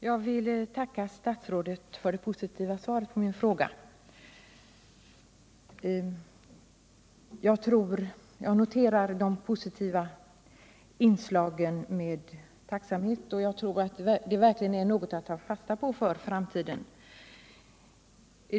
Herr talman! Jag tackar statsrådet för svaret på min fråga. Jag noterar med tacksamhet de positiva inslagen, och jag tror att de verkligen är något att ta fasta på i framtiden.